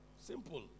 simple